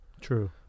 True